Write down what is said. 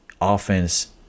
offense